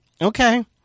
okay